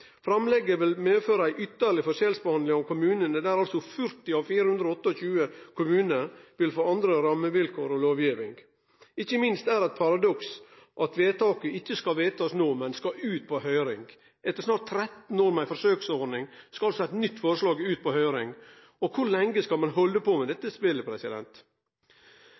Framlegget vil medføre ei ytterlegare forskjellbehandling av kommunane, der altså 40 av 428 kommunar vil få andre rammevilkår og anna lovgiving. Ikkje minst er det eit paradoks at vedtaket ikkje skal vedtakast no, men skal ut på ny høyring. Etter snart 13 år med forsøksordning skal altså eit nytt forslag ut på høyring. Kor lenge skal ein halde på med dette spelet?